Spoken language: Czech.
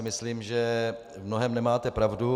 Myslím si, že v mnohém nemáte pravdu.